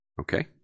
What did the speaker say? Okay